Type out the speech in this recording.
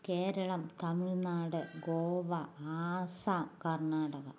Keralam Tamil Nadu Goa Assam Karnataka